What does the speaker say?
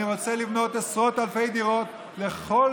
אני רוצה לבנות עשרות אלפי דירות לכל